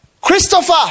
Christopher